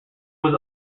was